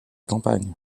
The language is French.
campagne